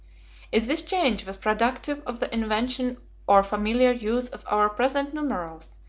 if this change was productive of the invention or familiar use of our present numerals,